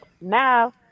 Now